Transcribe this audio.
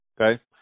okay